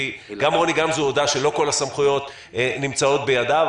כי גם רוני גמזו הודה שלא כל הסמכויות נמצאות בידיו.